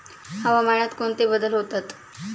हवामानात कोणते बदल होतात?